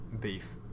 beef